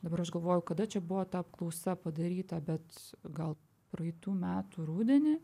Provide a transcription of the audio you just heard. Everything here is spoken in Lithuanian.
dabar aš galvoju kada čia buvo ta apklausa padaryta bet gal praeitų metų rudenį